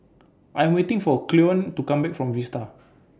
I'm waiting For Cleone to Come Back from Vista